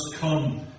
come